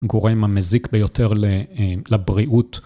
גורם המזיק ביותר לבריאות.